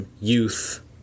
youth